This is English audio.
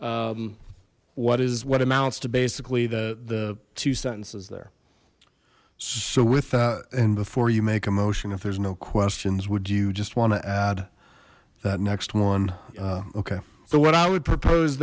have what is what amounts to basically the the two sentences there so with that and before you make a motion if there's no questions would you just want to add that next one okay so what i would propose